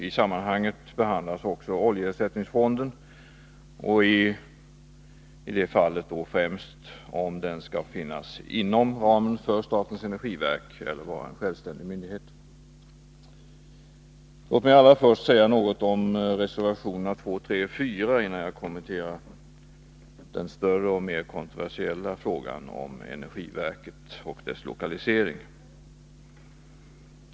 I sammanhanget behandlas också oljeersättningsfonden — främst om denna skall finnas inom ramen för statens energiverk eller vara en självständig myndighet. Låt mig allra först säga något om reservationerna 2, 3 och 4, innan jag kommenterar den större och mer kontroversiella frågan om energiverket och dess lokalisering.